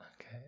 okay